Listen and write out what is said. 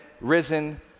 risen